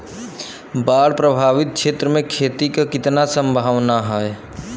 बाढ़ प्रभावित क्षेत्र में खेती क कितना सम्भावना हैं?